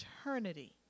eternity